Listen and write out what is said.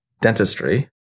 dentistry